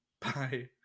bye